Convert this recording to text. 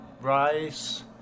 Rice